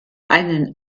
einen